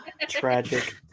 tragic